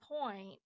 point